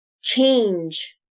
change